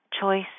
choice